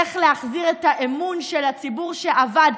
איך להחזיר את האמון של הציבור שאבד,